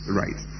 right